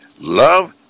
love